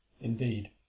indeed